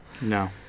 No